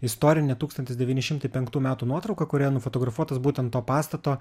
istorinė tūkstantis devyni šimtai penktų metų nuotrauka kurioj nufotografuotas būtent to pastato